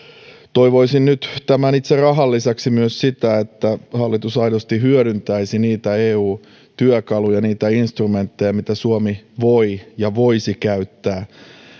toivoisin nyt tämän itse rahan lisäksi myös sitä että hallitus aidosti hyödyntäisi niitä eu työkaluja niitä instrumentteja mitä suomi voi ja voisi käyttää